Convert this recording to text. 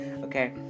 Okay